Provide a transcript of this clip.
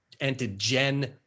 antigen